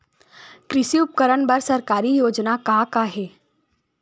कृषि उपकरण बर सरकारी योजना का का हे?